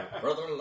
Brother